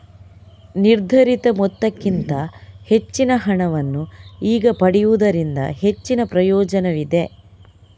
ನಿರ್ಧರಿತ ಮೊತ್ತಕ್ಕಿಂತ ಹೆಚ್ಚಿನ ಹಣವನ್ನು ಈಗ ಪಡೆಯುವುದರಿಂದ ಹೆಚ್ಚಿನ ಪ್ರಯೋಜನವಿದೆ